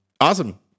awesome